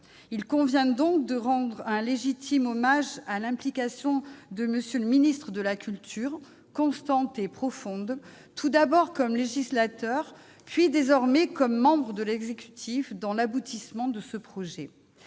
Il convient donc de rendre un légitime hommage à l'implication constante et profonde de M. le ministre de la culture, tout d'abord comme législateur, puis désormais comme membre de l'exécutif, dans l'aboutissement de ce projet.